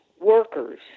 workers